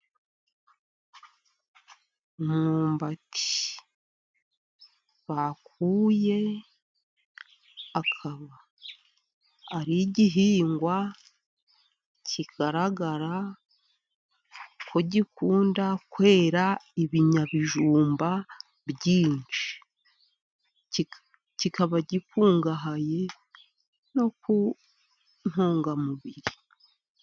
Umwumbati bakuye, akaba ari igihingwa kigaragara ko kugikunda kwera ibinyabijumba byinshi. Kikaba gikungahaye no ku ntungamubiri.